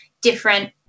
different